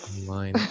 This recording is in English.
online